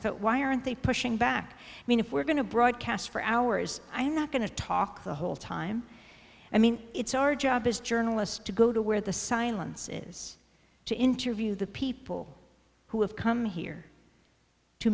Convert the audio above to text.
thought why aren't they pushing back i mean if we're going to broadcast for hours i'm not going to talk the whole time i mean it's our job is journalists to go to where the silence is to interview the people who have come here to